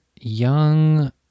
young